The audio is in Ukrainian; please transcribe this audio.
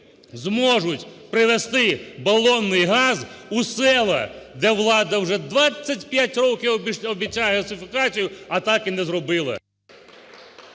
зможуть привезти балонний газ у села, де влада вже 25 років обіцяє газифікацію, а так і не зробила.